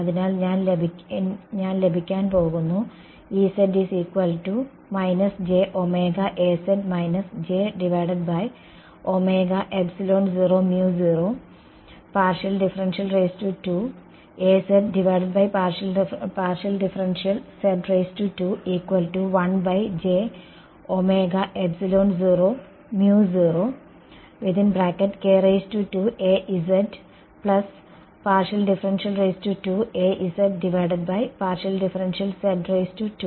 അതിനാൽ ഞാൻ ലഭിക്കാൻ പോകുന്നു ഇനിയെന്ത്